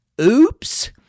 Oops